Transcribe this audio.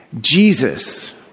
Jesus